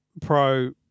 Pro